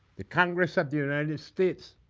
the congress of the united states